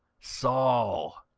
saul,